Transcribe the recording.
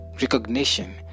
recognition